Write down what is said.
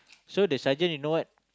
so the sergeant you know what